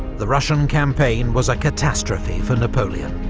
the russian campaign was a catastrophe for napoleon.